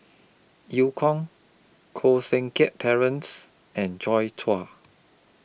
EU Kong Koh Seng Kiat Terence and Joi Chua